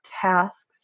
tasks